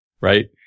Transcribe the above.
Right